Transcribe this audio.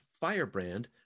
Firebrand